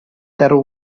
there